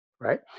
right